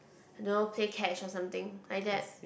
I don't know play catch or something like that